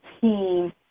team